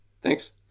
thanks